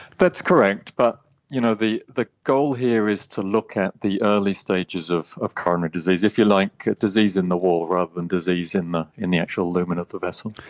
that's correct, but you know the the goal here is to look at the early stages of of coronary disease, if you like disease in the wall rather than disease in the in the actual lumen of the vessel.